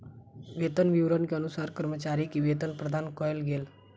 वेतन विवरण के अनुसार कर्मचारी के वेतन प्रदान कयल गेल